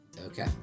Okay